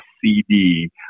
CD